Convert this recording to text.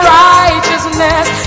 righteousness